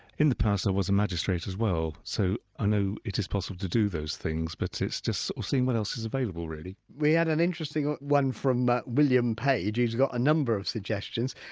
in the past i was a magistrate as well, so i know it is possible to do those things but it's just sort of seeing what else is available really we had an interesting one from but william page, who's got a number of suggestions.